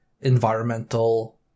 environmental